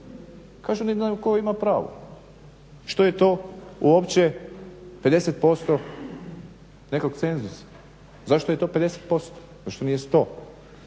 … tko ima pravo. Što je to uopće 50% nekog cenzusa, zašto je to 50%, zašto nije 100.